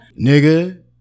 nigga